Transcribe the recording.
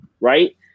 right